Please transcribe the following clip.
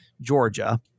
Georgia